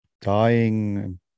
dying